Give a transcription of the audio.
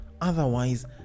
Otherwise